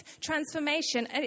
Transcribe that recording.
transformation